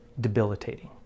debilitating